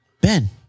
Ben